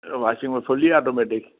washing fully automatic